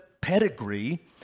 pedigree